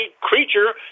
creature